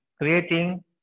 creating